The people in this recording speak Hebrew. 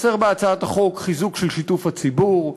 חסר בהצעת החוק חיזוק של שיתוף הציבור,